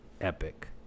epic